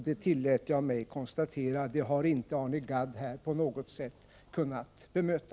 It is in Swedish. Det tillät jag mig konstatera, och detta har inte Arne Gadd på något sätt kunnat bemöta.